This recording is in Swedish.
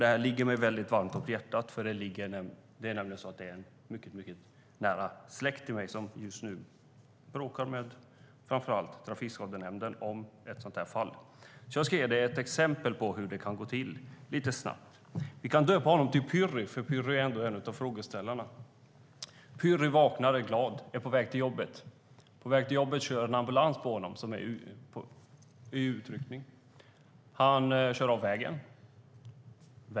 Det här ligger mig varmt om hjärtat. En mycket nära släkting till mig bråkar nämligen just nu med framför allt Trafikskadenämnden i ett sådant här fall. Jag ska alltså lite snabbt ge ministern ett exempel på hur det kan gå till. Vi kan döpa personen till Pyry - Pyry är ju ändå en av frågeställarna. Han vaknar glad och är snart på väg till jobbet. På väg till jobbet kör en ambulans i utryckning på honom. Han kör av vägen.